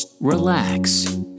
relax